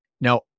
Now